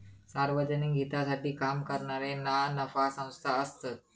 सार्वजनिक हितासाठी काम करणारे ना नफा संस्था असतत